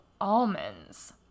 almonds